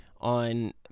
on